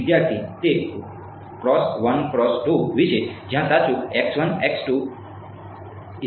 વિદ્યાર્થી તે x 1 x 2 વિશે